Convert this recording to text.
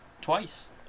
Twice